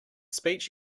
speech